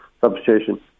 substitution